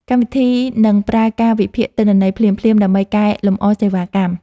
កម្មវិធីនឹងប្រើការវិភាគទិន្នន័យភ្លាមៗ ដើម្បីកែលម្អសេវាកម្ម។